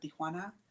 Tijuana